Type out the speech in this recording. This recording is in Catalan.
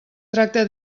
tracta